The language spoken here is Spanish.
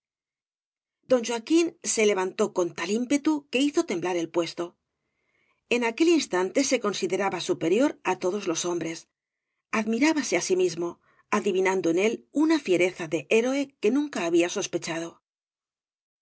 don joaquín sa levantó con tal ímpetu que bfzo temblar el puesto en aquel instante ee consideraba superior á todos los hombres admirábase á si mismo adivinando en él una flereza de héroe que nunca había sospechado